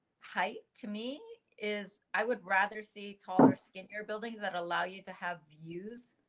hi, to me is, i would rather see taller skin or buildings that allow you to have use.